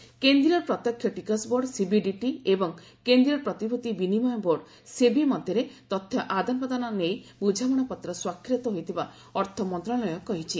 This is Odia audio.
ସିବିଡିଟି କେନ୍ଦ୍ରୀୟ ପ୍ରତ୍ୟକ୍ଷ ଟିକସ ବୋର୍ଡ ସିବିଡିଟି ଏବଂ କେନ୍ଦ୍ରୀୟ ପ୍ରତିଭୂତି ବିନିମୟ ବୋର୍ଡ ସେବି ମଧ୍ୟରେ ତଥ୍ୟ ଆଦାନ ପ୍ରଦାନ ନେଇ ବୁଝାମଣାପତ୍ର ସ୍ୱାକ୍ଷରିତ ହୋଇଥିବା ଅର୍ଥମନ୍ତ୍ରଶାଳୟ କହିଛି